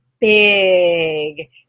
big